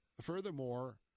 furthermore